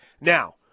Now